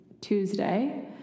Tuesday